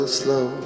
slow